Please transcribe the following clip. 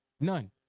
None